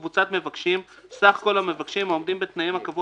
"קבוצת מבקשים" סך כל המבקשים העומדים בתנאי הקבוע